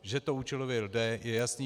Že to účelově jde, je jasné.